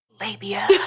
labia